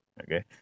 Okay